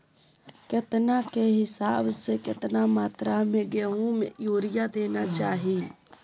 केतना के हिसाब से, कितना मात्रा में गेहूं में यूरिया देना चाही?